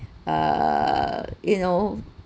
uh you know